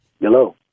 Hello